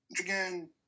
Again